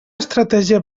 estratègia